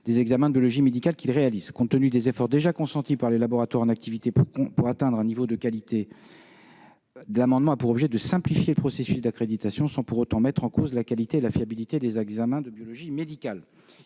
des examens de biologie médicale qu'ils réalisent. Compte tenu des efforts déjà consentis par les laboratoires en activité pour atteindre le plus haut niveau possible de qualité, il s'agit de simplifier le processus d'accréditation sans pour autant mettre en cause la qualité et la fiabilité des examens de biologie médicale.